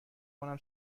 کنم